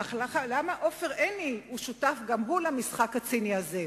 אך למה עופר עיני שותף גם הוא למשחק הציני הזה?